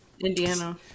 Indiana